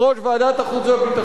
תתייחס למדיניות הזאת.